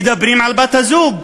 מדברים על בת-הזוג,